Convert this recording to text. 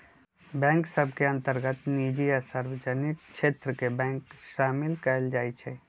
bank सभ के अंतर्गत निजी आ सार्वजनिक क्षेत्र के बैंक सामिल कयल जाइ छइ